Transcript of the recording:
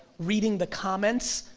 reading the comments,